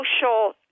social